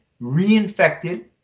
reinfected